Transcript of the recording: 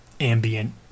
ambient